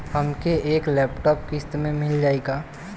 हमके एक लैपटॉप किस्त मे मिल जाई का?